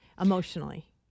emotionally